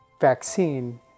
vaccine